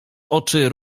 oczy